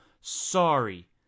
sorry